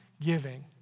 giving